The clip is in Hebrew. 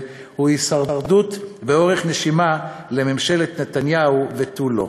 היא הישרדות ואורך נשימה לממשלת נתניהו ותו לא.